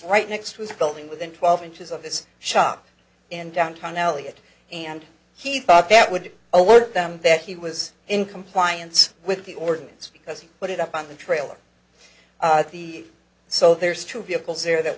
right next to the building within twelve inches of this shop in downtown elliot and he thought that would alert them that he was in compliance with the ordinance because he put it up on the trailer at the so there's two vehicles there that